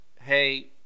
hey